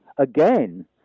Again